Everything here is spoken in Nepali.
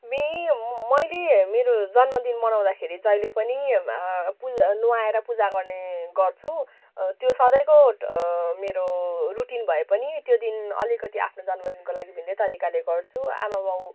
मे मैले मेरो जन्मदिन मनाउँदाखेरि जहिले पनि पु नुहाएर पूजा गर्ने गर्छु त्यो सधैँको मेरो रुटिन भए पनि त्यो दिन अलिकति आफ्नो जन्मदिनको लागि भिन्नै तरिकाले गर्छु आमाबाउ